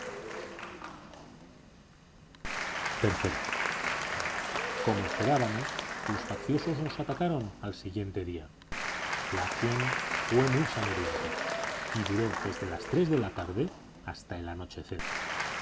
iii como esperábamos los facciosos nos atacaron al siguiente día la acción fue muy sangrienta y duró desde las tres de la tarde hasta el anochecer